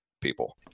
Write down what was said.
people